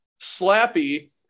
slappy